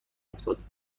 افتاد